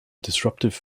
disruptive